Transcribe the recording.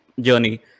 journey